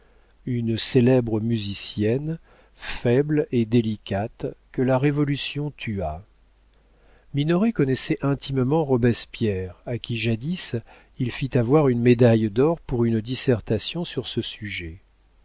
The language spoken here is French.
une célèbre musicienne faible et délicate que la révolution tua minoret connaissait intimement robespierre à qui jadis il fit avoir une médaille d'or pour une dissertation sur ce sujet